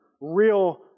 real